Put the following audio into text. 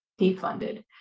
defunded